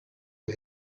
for